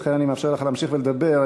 ולכן אני מאפשר לך להמשיך ולדבר.